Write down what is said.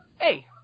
hey